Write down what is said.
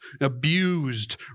abused